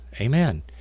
amen